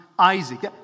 Isaac